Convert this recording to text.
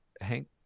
Hank